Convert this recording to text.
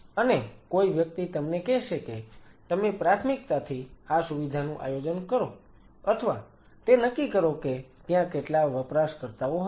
અને કોઈ વ્યક્તિ તમને કહેશે કે તમે પ્રાથમિકતાથી આ સુવિધાનું આયોજન કરો અથવા તે નક્કી કરો કે ત્યાં કેટલા વપરાશકર્તાઓ હશે